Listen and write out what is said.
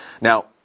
Now